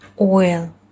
oil